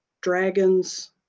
dragons